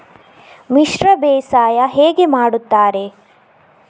ಮಿಶ್ರ ಬೇಸಾಯ ಹೇಗೆ ಮಾಡುತ್ತಾರೆ?